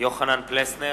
יוחנן פלסנר,